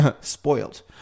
spoiled